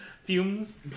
fumes